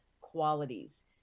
qualities